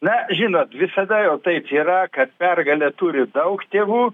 na žinot visada jau taip yra kad pergalė turi daug tėvų